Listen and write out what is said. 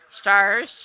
Stars